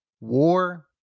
war